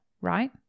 right